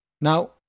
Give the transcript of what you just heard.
Now